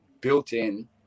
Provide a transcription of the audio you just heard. built-in